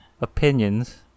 opinions